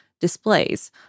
displays